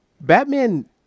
Batman